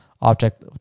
object